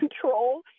control